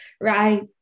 right